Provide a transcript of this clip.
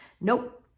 Nope